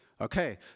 Okay